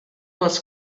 was